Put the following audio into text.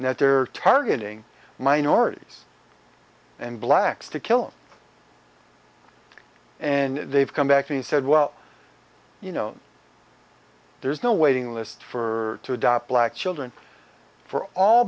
and that they're targeting minorities and blacks to kill and they've come back and said well you know there's no waiting list for to adopt black children for all